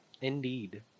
indeed